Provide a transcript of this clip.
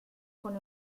con